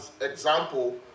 example